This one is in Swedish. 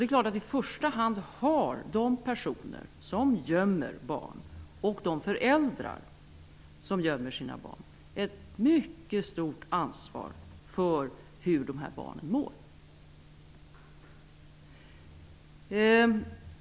Självfallet har i första hand de personer som gömmer barn, och de föräldrar som gömmer sina barn, ett mycket stort ansvar för hur dessa barn mår.